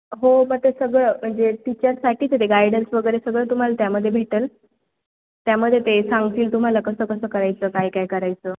हो मग ते सगळं म्हणजे टीचर्ससाठीच ते गायडन्स वगैरे सगळं तुम्हाला त्यामध्ये भेटेल त्यामध्ये ते सांगतील तुम्हाला कसं कसं करायचं काय काय करायचं